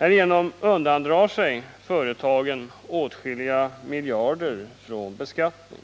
Genom det nuvarande systemet undandrar sig företagen åtskilliga miljarder från beskattning,